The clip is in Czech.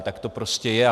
Tak to prostě je.